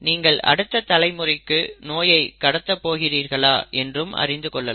நீங்கள் அடுத்த தலைமுறைக்கு நோயை கடத்த போகிறீர்களா என்றும் அறிந்து கொள்ளலாம்